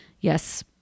Yes